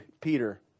Peter